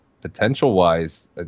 potential-wise